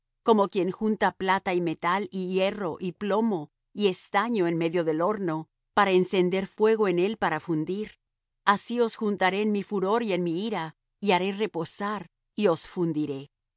como quien junta plata y metal y hierro y plomo y estaño en medio del horno para encender fuego en él para fundir así os juntaré en mi furor y en mi ira y haré reposar y os fundiré yo